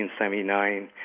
1979